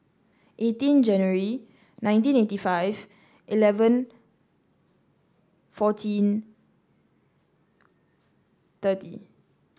eighteen January nineteen eighty five eleven fourteen thirty